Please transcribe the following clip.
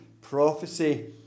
prophecy